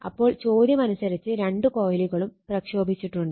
അപ്പോൾ ചോദ്യമനുസരിച്ച് രണ്ട് കോയിലുകളും പ്രക്ഷോഭിച്ചിട്ടുണ്ട്